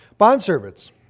Bondservants